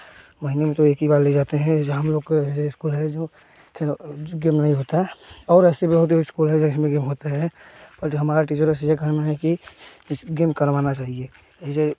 महीने में तो एक ही बार ले जाते हैं जहाँ हम लोग जैसे स्कूल है जो खे गेम नहीं होता और ऐसे भी वहाँ पर स्कूल है जिसमे गेम होता है और हमारा टीचरों से यह कहना है कि गेम करवाना चाहिए